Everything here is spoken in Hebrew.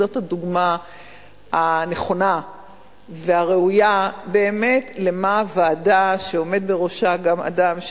זאת הדוגמה הנכונה והראויה באמת לוועדה שעומד בראשה אדם,